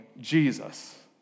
Jesus